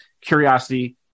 curiosity